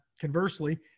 conversely